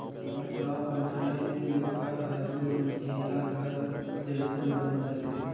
पटाव बनाए ले घर हर दुमंजिला घर जयसन बन जाथे